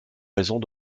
raisons